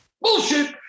Bullshit